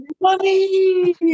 money